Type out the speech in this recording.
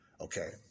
Okay